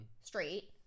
straight